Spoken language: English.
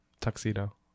tuxedo